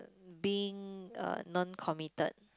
being uh non committed